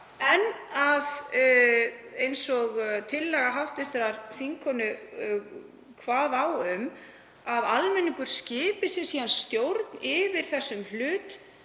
því, eins og tillaga hv. þingkonu kvað á um, að almenningur skipi sér síðan stjórn yfir þeim hlut